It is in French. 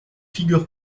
figure